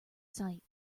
sight